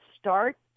start